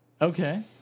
Okay